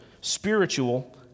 Spiritual